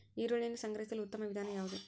ಈರುಳ್ಳಿಯನ್ನು ಸಂಗ್ರಹಿಸಲು ಉತ್ತಮ ವಿಧಾನ ಯಾವುದು?